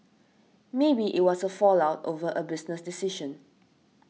maybe it was a fallout over a business decision